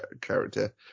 character